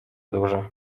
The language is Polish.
duże